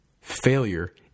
Failure